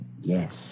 Yes